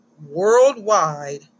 worldwide